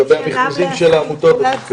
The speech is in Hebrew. אנחנו רואים בהתגייסות של המשרדים הרלוונטיים בעצם